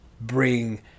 bring